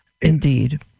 indeed